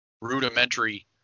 rudimentary